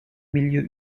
milieu